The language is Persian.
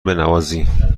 بنوازی